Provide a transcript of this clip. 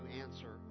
answer